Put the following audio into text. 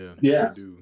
Yes